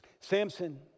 Samson